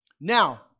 Now